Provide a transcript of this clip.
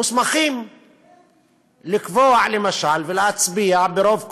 מוסמכים לקבוע למשל, להצביע ברוב קולות,